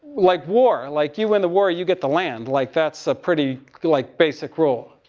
like war, like you win the war you get the land. like, that's a pretty like basic rule.